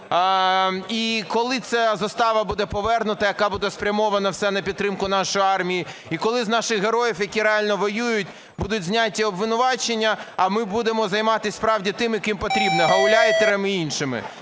І коли ця застава буде повернута, яка буде спрямована вся на підтримку нашої армії? І коли з наших героїв, які реально воюють, будуть зняті обвинувачення, а ми будемо займатись справді тими, ким потрібно, гауляйтерами і іншими?